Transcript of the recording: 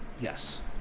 Yes